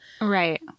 Right